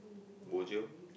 bojio